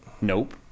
Nope